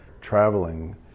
traveling